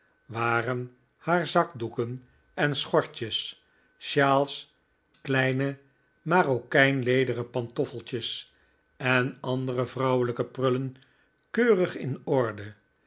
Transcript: waren haar zakdoeken schortjes sjaals kleine marokijnlederen pantoffeltjes en andere vrouwelijke prullen keurig in orde